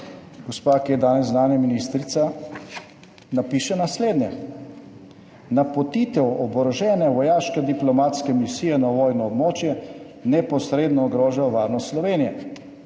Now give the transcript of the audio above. Gospa, ki je danes zunanja ministrica, napiše naslednje, »Napotitev oborožene vojaške diplomatske misije na vojno območje neposredno ogroža varnost Slovenije.